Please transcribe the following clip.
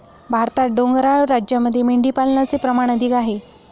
भारतात डोंगराळ राज्यांमध्ये मेंढीपालनाचे प्रमाण अधिक आहे